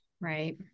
Right